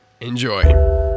Enjoy